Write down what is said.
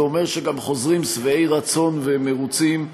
זה אומר שהם גם חוזרים שבעי רצון ומרוצים בחזרה.